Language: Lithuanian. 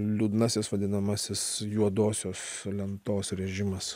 liūdnasis vadinamasis juodosios lentos režimas